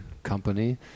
Company